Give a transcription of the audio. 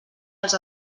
dels